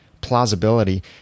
plausibility